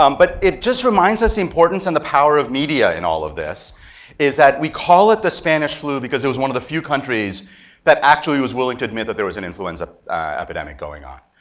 um but it just reminds us the importance and the power of media in all of this is that we call it the spanish flu because it was one of the few countries that actually was willing to admit that there was an influenza epidemic going on.